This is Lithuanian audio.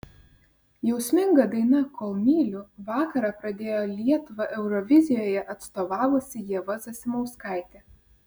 jausminga daina kol myliu vakarą pradėjo lietuvą eurovizijoje atstovavusi ieva zasimauskaitė